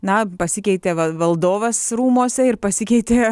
na pasikeitė va valdovas rūmuose ir pasikeitė